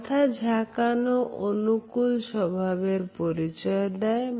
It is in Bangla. মাথা ঝাকানো অনুকূল স্বভাবের পরিচয় দেয়